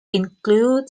include